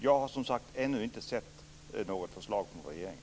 Jag har som sagt ännu inte sett något förslag från regeringen.